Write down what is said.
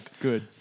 Good